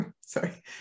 Sorry